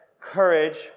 courage